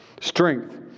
strength